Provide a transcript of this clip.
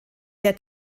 der